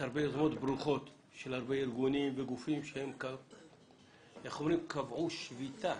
הרבה דעות ברוכות של הרבה ארגונים וגופים שקבעו שביתה